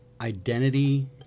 identity